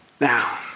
now